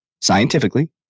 scientifically